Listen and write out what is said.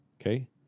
Okay